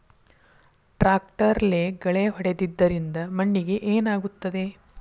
ಟ್ರಾಕ್ಟರ್ಲೆ ಗಳೆ ಹೊಡೆದಿದ್ದರಿಂದ ಮಣ್ಣಿಗೆ ಏನಾಗುತ್ತದೆ?